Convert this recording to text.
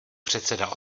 předseda